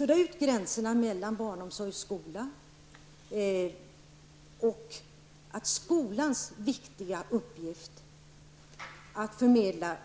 Vi befarar att gränserna mellan barnomsorgen och skolan suddas ut och skolans viktiga uppgift, att förmedla